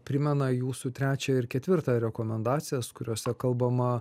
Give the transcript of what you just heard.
primena jūsų trečią ir ketvirtą rekomendacijas kuriose kalbama